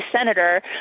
senator